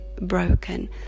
broken